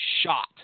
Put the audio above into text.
shot